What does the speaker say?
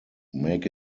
make